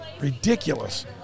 ridiculous